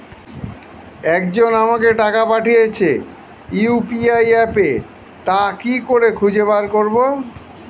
একজন আমাকে টাকা পাঠিয়েছে ইউ.পি.আই অ্যাপে তা কি করে খুঁজে বার করব?